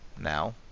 now